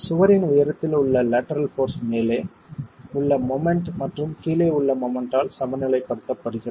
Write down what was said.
சுவரின் உயரத்தில் உள்ள லேட்டரல் போர்ஸ் மேலே உள்ள மொமெண்ட் மற்றும் கீழே உள்ள மொமெண்ட் ஆல் சமநிலைப்படுத்தப்படுகிறது